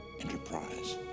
Enterprise